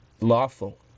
Lawful